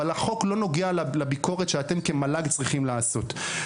אבל החוק לא נוגע לביקורת שאתם כמל"ג צריכים לעשות.